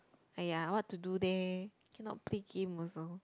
!aiya! what to do there cannot play game also